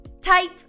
Type